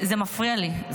זה מפריע לי.